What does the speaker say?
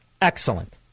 excellent